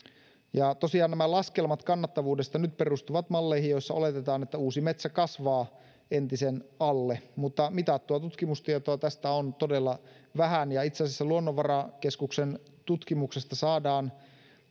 tosiaan nämä laskelmat kannattavuudesta nyt perustuvat malleihin joissa oletetaan että uusi metsä kasvaa entisen alle mutta mitattua tutkimustietoa tästä on todella vähän ja itse asiassa luonnonvarakeskuksen tutkimuksesta saadaan